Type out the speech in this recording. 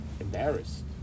embarrassed